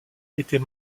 était